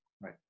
Right